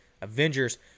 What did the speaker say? Avengers